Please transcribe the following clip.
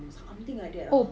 oh